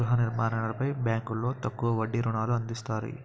గృహ నిర్మాణాలపై బ్యాంకులో తక్కువ వడ్డీ రుణాలు అందిస్తాయి